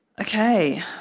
Okay